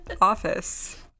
office